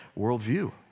worldview